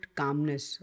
calmness